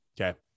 okay